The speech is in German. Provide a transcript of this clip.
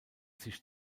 sich